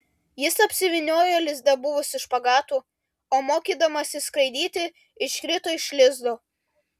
jis apsivyniojo lizde buvusiu špagatu o mokydamasis skraidyti iškrito iš lizdo